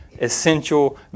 essential